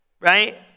right